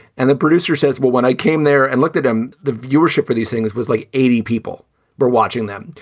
and the producer says, well, when i came there and looked at him, the viewership for these things was like eighty people were watching them.